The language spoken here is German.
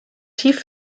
tief